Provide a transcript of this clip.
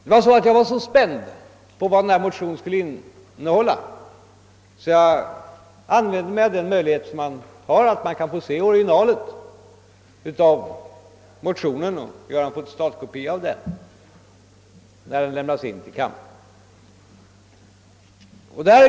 Det var så att jag var så spänd på vad denna motion skulle innehålla, att jag begagnade mig av den möjlighet som finns att få se motionen i original. Jag lät sålunda göra en fotostatkopia av motionen när den lämnades in till kammaren.